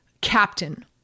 captain